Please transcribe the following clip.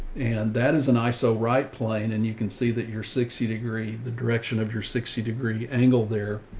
and that is an iso right plane. and you can see that you're sixty degree, the direction of your sixty degree angle there.